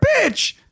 bitch